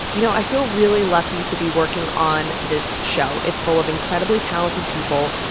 you know, i feel really lucky to be working on this show. it's full of incredibly talented people.